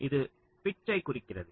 இது பிட்ச்யைக் குறிக்கிறது